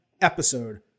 episode